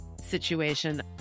situation